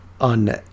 on